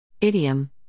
Idiom